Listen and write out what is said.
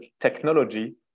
technology